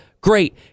Great